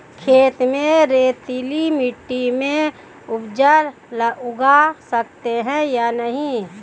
खेत में रेतीली मिटी में उपज उगा सकते हैं या नहीं?